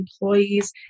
employees